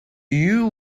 you